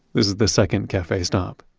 this is the second cafe stop.